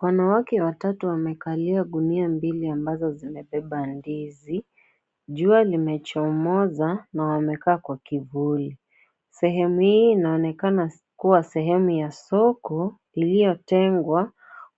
Wanawake watatu wamekalia gunia mbili ambazo zimebeba ndizi. Jua limechomoza na wamekaa kwenye kivuli. Sehemu hii inaonekana kuwa sehemu ya soko, iliyotengwa